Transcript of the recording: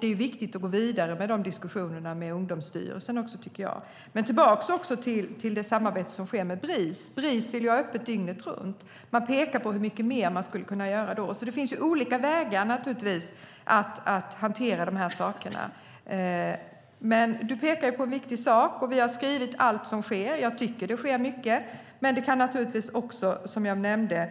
Det är viktigt att gå vidare med diskussionerna med Ungdomsstyrelsen, tycker jag. Tillbaka till det samarbete som sker med Bris! Bris vill ha öppet dygnet runt. Man pekar på hur mycket mer man skulle kunna göra då. Det finns naturligtvis olika sätt att hantera dessa saker på, men du pekar på en viktig sak. Vi har skrivit allt som sker. Jag tycker att det sker mycket. Men det kan naturligtvis också som jag nämnde